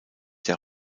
der